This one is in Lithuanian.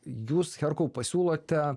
jūs herkau pasiūlote